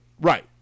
Right